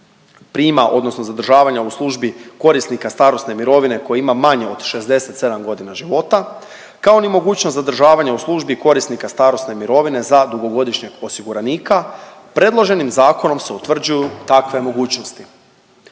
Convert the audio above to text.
prima odnosno zadržavanja u službi korisnika starosne mirovine koji ima manje od 67.g. života, kao ni mogućnost zadržavanja u službi korisnika starosne mirovine za dugogodišnjeg osiguranika predloženim zakonom se utvrđuju takve mogućnosti.